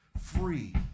free